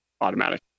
automatic